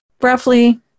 roughly